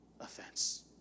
offense